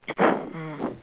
mm